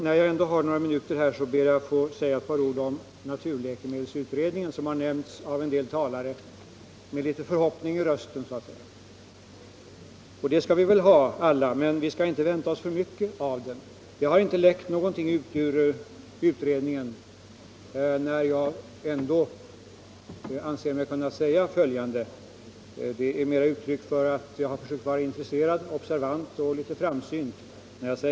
När jag ändå har några minuter på mig, vill jag säga ett par ord om naturläkemedelsutredningen, som har nämnts av en del talare med förhoppning i rösten. Förhoppningar skall vi väl hysa, men vi skall inte vänta oss för mycket av den utredningen. Ingenting har läckt ut från den, men jag anser mig ändå kunna säga följande, som är ett uttryck för att jag har försökt vara en intresserad och framsynt observatör.